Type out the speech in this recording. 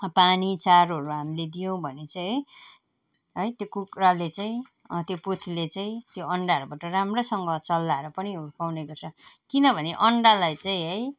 पानी चारोहरू हामीले दियो भने चाहिँ है है त्यो कुखुराले चाहिँ त्यो पोथीले चाहिँ त्यो अन्डाहरूबाट राम्रोसँग चल्लाहरू पनि हुर्काउने गर्छ किनभने अन्डालाई चाहिँ है